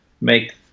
make